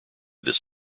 this